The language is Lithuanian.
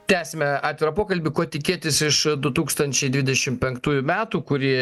tęsiame atvirą pokalbį ko tikėtis iš du tūkstančiai dvidešimt penktųjų metų kurie